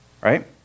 Right